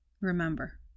Remember